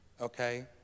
okay